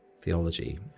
theology